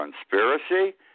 Conspiracy